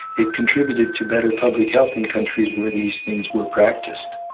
it contributed to better public health in countries where these things were practiced.